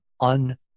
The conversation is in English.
un